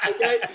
okay